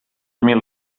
mil